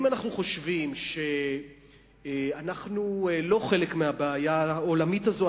אם אנחנו חושבים שאנחנו לא חלק מהבעיה העולמית הזאת,